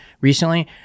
recently